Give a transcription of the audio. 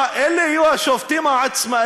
מה, אלה יהיו השופטים העצמאים?